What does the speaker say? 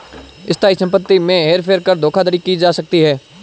स्थायी संपत्ति में हेर फेर कर धोखाधड़ी की जा सकती है